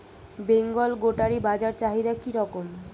বেঙ্গল গোটারি বাজার চাহিদা কি রকম?